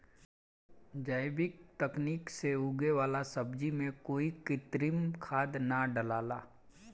जैविक तकनीक से उगे वाला सब्जी में कोई कृत्रिम खाद ना डलाला